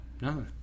no